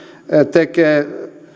tekee voi